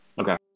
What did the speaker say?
okay